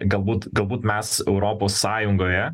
galbūt galbūt mes europos sąjungoje